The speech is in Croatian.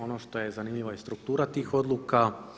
Ono što je zanimljivo je struktura tih odluka.